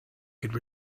could